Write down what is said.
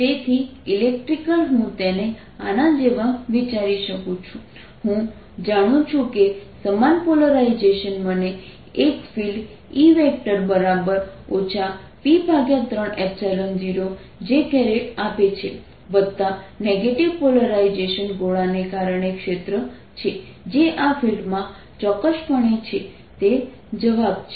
તેથી ઇલેક્ટ્રિકલ હું તેને આના જેવા વિચારી શકું છું હું જાણું છું કે સમાન પોલરાઇઝેશન મને એક ફિલ્ડ E P30z આપે છે વત્તા નેગેટિવ પોલરાઇઝેશન ગોળાને કારણે ક્ષેત્ર છે જે આ ફિલ્ડમાં ચોક્કસપણે છે તે જવાબ છે